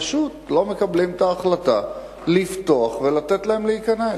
פשוט לא מחליט לפתוח ולתת להם להכניס?